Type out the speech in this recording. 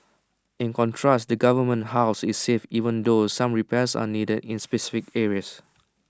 in contrast the government's house is safe even though some repairs are needed in specific areas